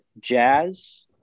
Jazz